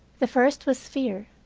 the first was fear.